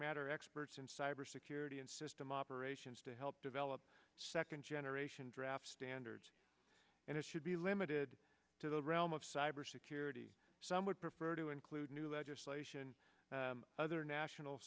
matter experts in cyber security and system operations to help develop second generation draft standards and it should be limited to the realm of cyber security some would prefer to include new legislation other national